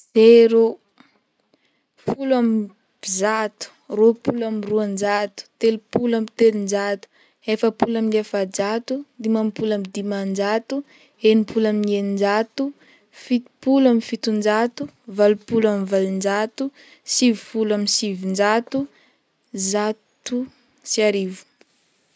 Zero, folo amby zato, roapolo amby roanjato, telopolo amby telonjato, efapolo amin'ny efajato, dimampolo amin'ny dimanjato, enimpolo amin'ny eninjato, fitopolo amin'ny fitonjato, valopolo amin'ny valonjato, sivifolo amin'ny sivinjato, zato sy arivo.